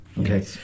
okay